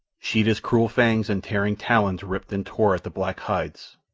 sheeta's cruel fangs and tearing talons ripped and tore at the black hides.